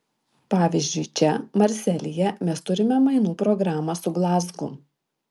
pavyzdžiui čia marselyje mes turime mainų programą su glazgu